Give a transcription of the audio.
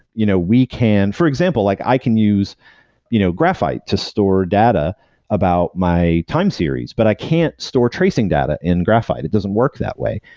you know we can, for example like i can use you know graphite to store data about my time series, but i can't store tracing data in graphite. it doesn't work that way.